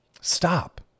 Stop